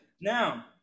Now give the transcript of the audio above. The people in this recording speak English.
Now